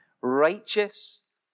righteous